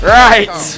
right